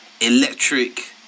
electric